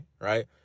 right